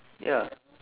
ya